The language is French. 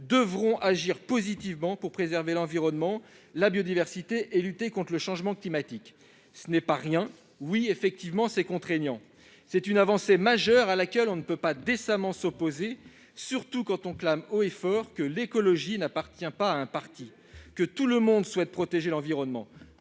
devront d'agir positivement pour préserver l'environnement et la biodiversité et pour lutter contre le changement climatique. Ce n'est pas rien. Effectivement, c'est contraignant. Mais c'est une avancée majeure, à laquelle on ne peut décemment pas s'opposer, surtout quand on clame haut et fort que l'écologie n'appartient pas à un parti et que tout le monde souhaite protéger l'environnement.